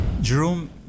Jerome